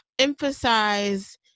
emphasize